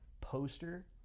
poster